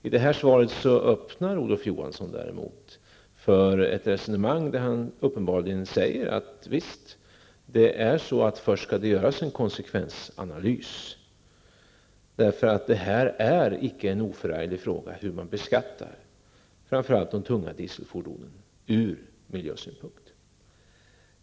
I det här svaret öppnar Olof Johansson däremot för ett resonemang där han uppenbarligen säger att det först skall göras en konsekvensanalys. Det är icke en oförarglig fråga hur man beskattar framför allt de tunga dieselfordonen ur miljösynpunkt.